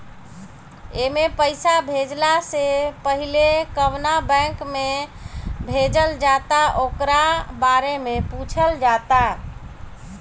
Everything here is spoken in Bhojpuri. एमे पईसा भेजला से पहिले कवना बैंक में भेजल जाता ओकरा बारे में पूछल जाता